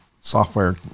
software